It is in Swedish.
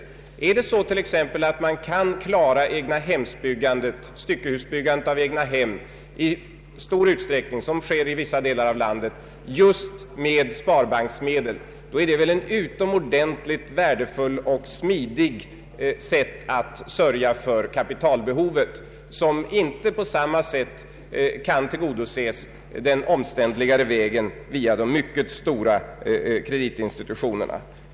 Är det så att man t.ex. kan klara styckehusbyggandet av egnahem i stor utsträckning som sker i vissa delar av landet just med sparbanksmedel, då är det ett utomordentligt värdefullt och smidigt sätt att sörja för kapitalbehovet, som inte på samma sätt kan tillgodoses den omständligare vägen via de mycket stora kreditinstitutionerna.